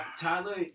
Tyler